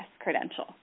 credential